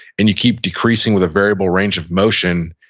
and you keep decreasing with a variable range of motion,